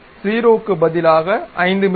0 க்கு பதிலாக 5 மி